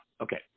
Okay